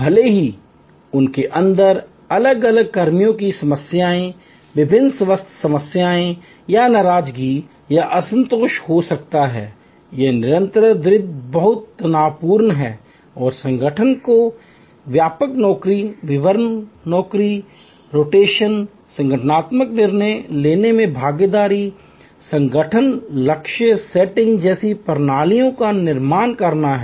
भले ही उनके अंदर अलग अलग कर्मियों की समस्याएं विभिन्न स्वास्थ्य समस्याएं या नाराजगी या असंतोष हो सकता है यह निरंतर द्वंद्व बहुत तनावपूर्ण है और संगठन को व्यापक नौकरी विवरण नौकरी रोटेशन संगठनात्मक निर्णय लेने में भागीदारी संगठन लक्ष्य सेटिंग जैसी प्रणालियों का निर्माण करना है